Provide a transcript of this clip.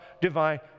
divine